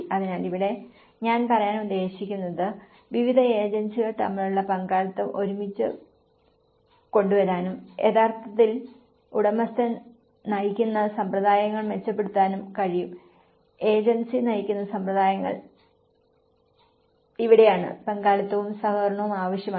അതിനാൽ ഇവിടെ ഞാൻ പറയാൻ ഉദ്ദേശിക്കുന്നത് വിവിധ ഏജൻസികൾ തമ്മിലുള്ള പങ്കാളിത്തം ഒരുമിച്ച് കൊണ്ടുവരാനും യഥാർത്ഥത്തിൽ ഉടമസ്ഥൻ നയിക്കുന്ന സമ്പ്രദായങ്ങൾ മെച്ചപ്പെടുത്താനും കഴിയും ഏജൻസി നയിക്കുന്ന സമ്പ്രദായങ്ങൾ ഇവിടെയാണ് പങ്കാളിത്തവും സഹകരണവും ആവശ്യമാണ്